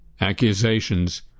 accusations